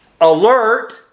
alert